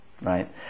right